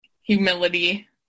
humility